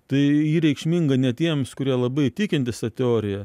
tai reikšminga ne tiems kurie labai tikintys teorija